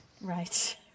right